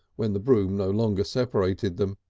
when the broom no longer separated them.